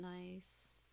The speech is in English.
nice